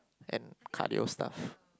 and cardio stuff